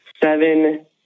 seven